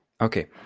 Okay